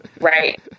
Right